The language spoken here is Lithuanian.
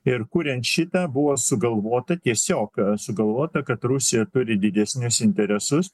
ir kuriant šitą buvo sugalvota tiesiog sugalvota kad rusija turi didesnius interesus